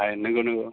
आय नोंगौ नोंगौ